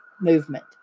movement